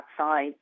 outside